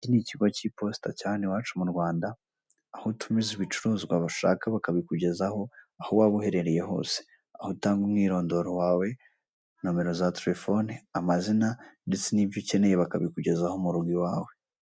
Iki ni ikigo k'iposita cya hano iwacu mu Rwanda, aho utumiza ibicuruzwa ushaka bakabikugezaho aho waba uherereye hose, aho utanga umwirondoro wawe, nomero za telefone, amazina ndetse n'ibyo ukeneye bakabikugezaho mu rugo iwawe.